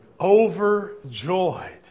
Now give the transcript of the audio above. Overjoyed